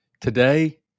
Today